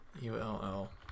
U-L-L